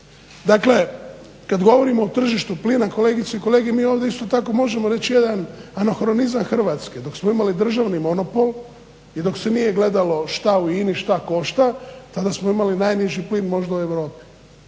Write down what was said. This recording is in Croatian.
Dakle kad govorimo o tržištu plina, kolegice i kolege mi ovdje isto tako možemo reći jedan anarhizam Hrvatske, dok smo imali državni monopol šta u Ini šta košta, tada smo imali najniži plin možda u Europi.